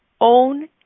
own